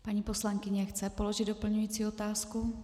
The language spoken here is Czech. Paní poslankyně chce položit doplňující otázku.